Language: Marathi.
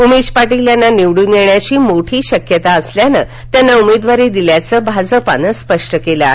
उमेश पाटील यांना निवडून येण्याची मोठी शक्यता असल्यानं त्यांना उमेदवारी दिल्याचं भाजपानं स्पष्ट केलं आहे